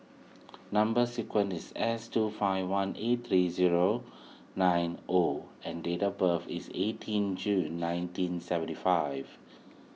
Number Sequence is S two five one eight three zero nine O and date of birth is eighteen June nineteen seventy five